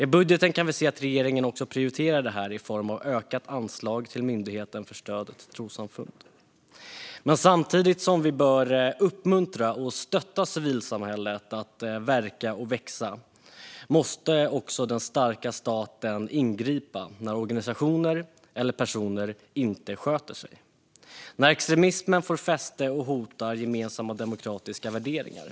I budgeten kan vi se att regeringen också prioriterar dem i form av ökat anslag till Myndigheten för stöd till trossamfund. Men samtidigt som vi bör uppmuntra och stötta civilsamhället att verka och växa måste också den starka staten ingripa när organisationer eller personer inte sköter sig, när extremismen får fäste och hotar gemensamma demokratiska värderingar.